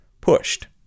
pushed